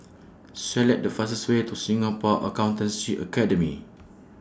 Select The fastest Way to Singapore Accountancy Academy